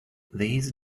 these